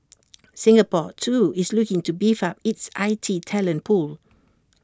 Singapore too is looking to beef up it's I T talent pool